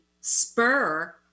spur